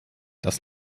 das